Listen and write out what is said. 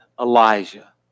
Elijah